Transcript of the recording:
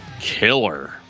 killer